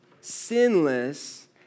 sinless